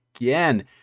again